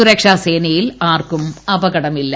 സുരക്ഷാസേനയിൽ ആർക്കും അപകടമില്ല